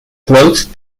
closed